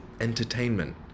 entertainment